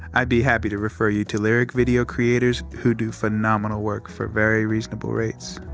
i'd be happy to refer you to lyric video creators who do phenomenal work for very reasonable rates.